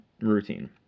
routine